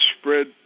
spread